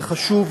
זה חשוב,